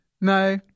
No